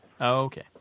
Okay